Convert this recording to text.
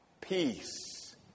peace